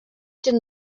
denn